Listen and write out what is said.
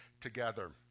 together